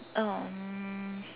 um